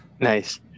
Nice